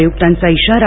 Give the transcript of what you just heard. आयुक्तांचा इशारा